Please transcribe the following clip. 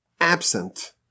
absent